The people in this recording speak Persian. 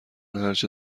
هرچه